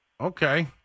Okay